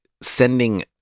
sending